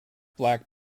black